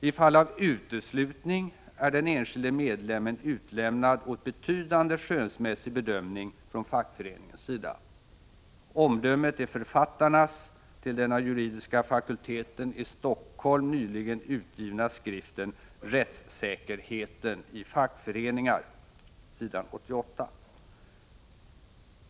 I fall av uteslutning är den enskilde medlemmen utlämnad åt betydande skönsmässig bedömning från fackföreningens sida — omdömet är författarnas till den av juridiska fakulteten i Helsingfors nyligen utgivna skriften ”Rättssäkerheten i fackföreningar” s. 88.